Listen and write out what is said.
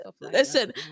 Listen